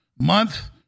month